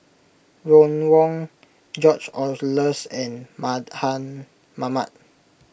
Ron Wong George Oehlers and Mardan Mamat